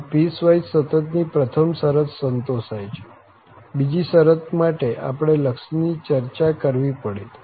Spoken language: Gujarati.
આમ પીસવાઈસ સતત ની પ્રથમ શરત સંતોષાય છે બીજી શરત માટે આપણે લક્ષની ચર્ચા કરવી પડે